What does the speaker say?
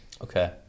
Okay